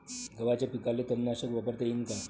गव्हाच्या पिकाले तननाशक वापरता येईन का?